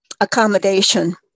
accommodation